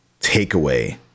takeaway